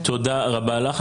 תודה רבה לך.